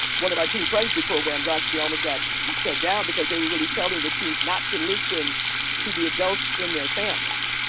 one of our teen pregnancy programs ah actually almost got shut down because they were really telling the teens not to listen to the adults in their families.